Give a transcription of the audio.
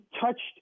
touched